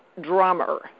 drummer